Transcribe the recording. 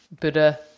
Buddha